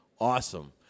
awesome